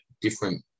different